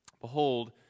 Behold